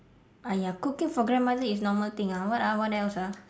ah ya cooking for grandmother is normal thing ah what ah what else ah